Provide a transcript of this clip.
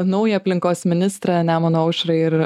naują aplinkos ministrą nemuno aušrai ir